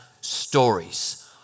stories